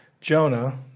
Jonah